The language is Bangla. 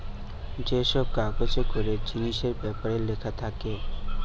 যে সব কাগজে করে জিনিসের বেপারে লিখা থাকে